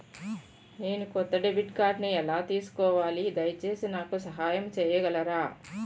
నేను కొత్త డెబిట్ కార్డ్ని ఎలా తీసుకోవాలి, దయచేసి నాకు సహాయం చేయగలరా?